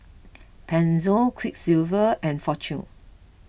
Pezzo Quiksilver and fortune